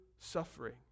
Suffering